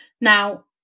Now